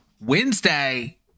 Wednesday